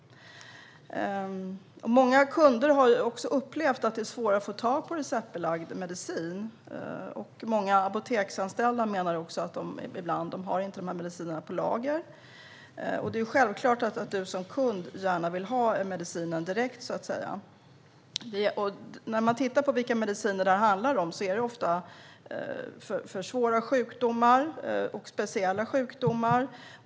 Många kunder har upplevt att det blivit svårare att få tag på receptbelagd medicin. Många apoteksanställda menar att de ibland inte har de här medicinerna på lager. Det är självklart att kunden gärna vill ha medicinen direkt. Ofta handlar det om mediciner för svåra sjukdomar och speciella sjukdomar.